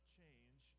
change